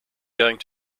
going